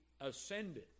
ascended